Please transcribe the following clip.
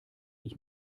ich